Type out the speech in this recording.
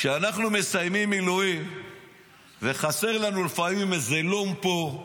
כשאנחנו מסיימים מילואים וחסר לנו לפעמים איזה לום פה,